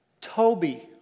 Toby